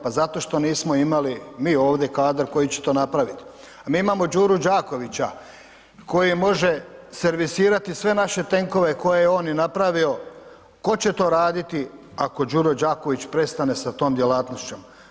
Pa zato što nismo imali, mi ovdje kadar koji će to napravit, a mi imamo Đuru Đakovića koji može servisirati sve naše tenkove koje je on i napravio, tko će to raditi ako Đuro Đaković prestane sa tom djelatnošću?